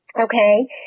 okay